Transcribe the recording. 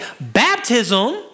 baptism